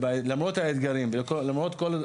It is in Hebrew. למרות האתגרים ולמרות הכל,